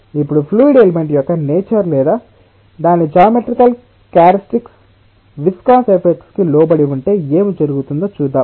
ఇప్పుడు fluid element యొక్క nature లేదా దాని జామెట్రీకల్ క్యారెక్టర్స్టిక్స్ విస్కస్ ఎఫెక్ట్స్ కి లోబడి ఉంటే ఏమి జరుగుతుందో చూద్దాం